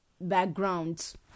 backgrounds